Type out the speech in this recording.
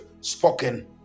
spoken